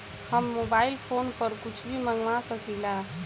हम mobile phone पर कुछ भी मंगवा सकिला?